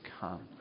come